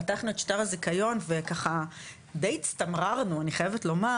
פתחנו את שטר הזיכיון וככה דיי הצטמררנו אני חייבת לומר,